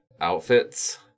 outfits